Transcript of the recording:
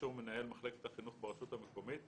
באישור מנהל מחלקת החינוך ברשות המקומית,